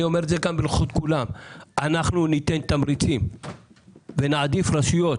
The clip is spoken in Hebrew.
אומר את זה כאן בנוכחות כולם - ואנחנו ניתן תמריצים ונעדיף רשויות